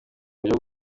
buryo